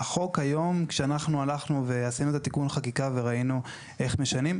החוק היום כשאנחנו הלכנו ועשינו את תיקון החקיקה וראינו איך משנים,